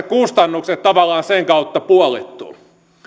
kustannukset tavallaan sen kautta puolittuvat